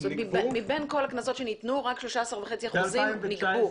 מבין כל הקנסות שניתנו רק 13.5% נגבו?